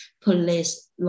police